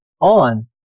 on